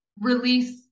release